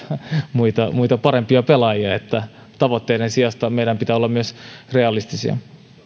muita muita parempia pelaajia eli tavoitteiden sijasta meidän pitää olla myös realistisia